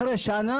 אחרי שנה,